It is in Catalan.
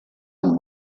amb